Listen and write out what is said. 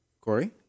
Corey